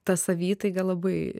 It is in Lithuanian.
ta savytaiga labai